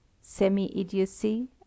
semi-idiocy